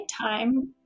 time